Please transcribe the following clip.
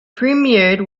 premiered